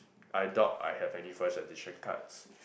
I doubt I have any first edition cards